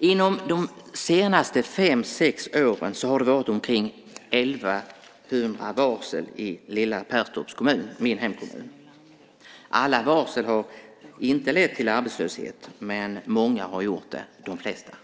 De senaste fem sex åren har det varit omkring 1 100 varsel i lilla Perstorps kommun, min hemkommun. Alla varsel har inte lett till arbetslöshet, men många har gjort det - de flesta.